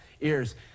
ears